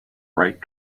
right